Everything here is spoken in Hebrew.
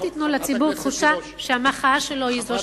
אל תיתנו לציבור תחושה שהמחאה שלו היא זו שניצחה.